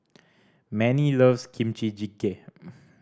Manie loves Kimchi Jjigae